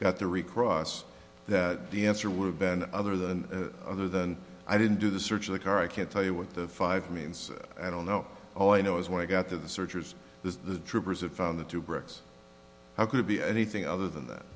got the recross that d n c or would have been other than other than i didn't do the search of the car i can't tell you what the five means i don't know all i know is when i got to the searchers the troopers had found the two bricks how could it be anything other than that